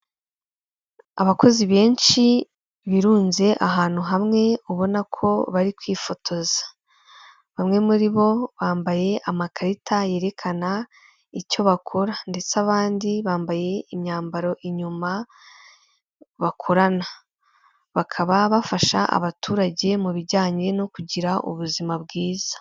Abakozi benshi birunze ahantu hamwe, ubona ko bari kwifotoza, bamwe muri bo bambaye amakarita yerekana icyo bakora, ndetse abandi bambaye imyambaro inyuma bakorana, bakaba bafasha abaturage mu bijyanye no kugira ubuzima bwiza.